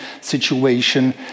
situation